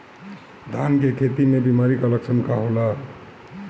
धान के खेती में बिमारी का लक्षण का होला?